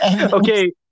Okay